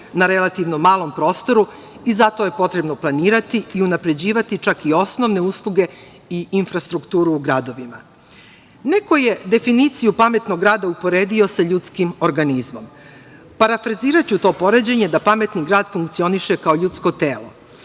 na relativno malom prostoru i zato je potrebno planirati i unapređivati čak i osnovne usluge i infrastrukturu u gradovima. Neko je definiciju pametnog grada uporedio sa ljudskim organizmom. Parafraziraću to poređenje, da pametni grad funkcioniše kao ljudsko telo.